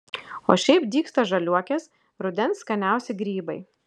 o šiaip dygsta žaliuokės rudens skaniausi grybai